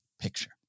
picture